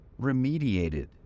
remediated